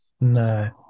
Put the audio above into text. No